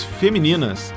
femininas